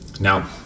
Now